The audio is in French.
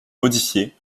modifiés